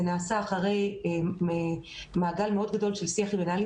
זה נעשה אחרי מעגל מאוד גדול של שיח עם מנהלים